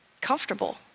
comfortable